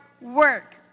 work